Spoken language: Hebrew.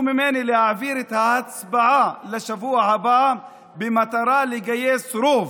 ממני להעביר את ההצבעה לשבוע הבא במטרה לגייס רוב.